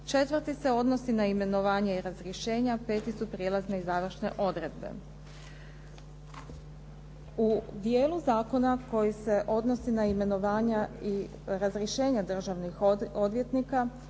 četvrti se odnosi na imenovanja i razrješenja, peti su prijelazne i završne odredbe. U dijelu zakona koji se odnosi na imenovanja i razrješenja državnih odvjetnika